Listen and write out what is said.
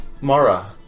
Mara